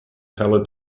seller